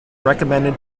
recommended